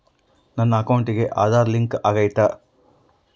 ನನ್ನ ಅಕೌಂಟಿಗೆ ಆಧಾರ್ ಲಿಂಕ್ ಆಗೈತಾ?